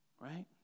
Right